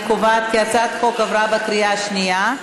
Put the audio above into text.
אני קובעת כי הצעת החוק עברה בקריאה השנייה.